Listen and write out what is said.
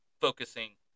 Focusing